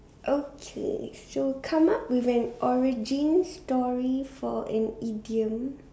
okay so come up with an origin for an idiom